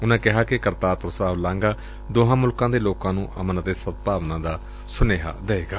ਉਨੂਾਂ ਕਿਹਾ ਕਿ ਕਰਤਾਰਪੁਰ ਸਾਹਿਬ ਲਾਂਘਾ ਦੋਹਾਂ ਮੁਲਕਾਂ ਦੇ ਲੋਕਾਂ ਨੂੰ ਅਮਨ ਤੇ ਸਦਭਾਵਨਾ ਦਾ ਸੁਨੇਹਾ ਦਏਗਾ